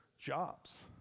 jobs